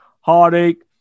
heartache